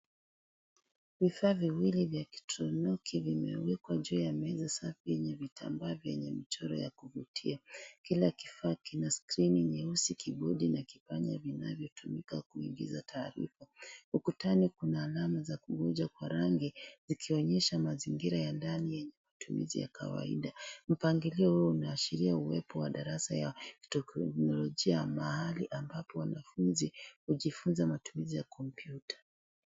Vifaa viwili vya kieletroniki vimewekwa juu ya meza vyenye vitambaa vya michoro ya kuvutia ,kila kifaa kina sikirini nyeusi ,kibodi na kipanya vinavyotumika kuuingiza taarifa ,ukutani kuna alazama za kuvuja kwa rangi ikionyesha mazingira ya ndani yenye matumizi ya kawahida, mpangilio huu unaashiria uwepo wa darasa lililojaa mahali ambapo wanafunzi hujifunza matumizi ya kompyuta.